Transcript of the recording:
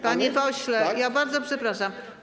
Panie pośle, bardzo przepraszam.